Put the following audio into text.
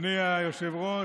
אדוני היושב-ראש,